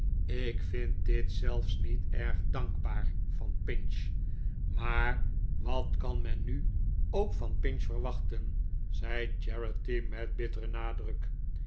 ik vind dit zelfs niet erg danbaar van pinch fafar wat kan men nu ook van pinch verwachten zei charity met bitteren nadruk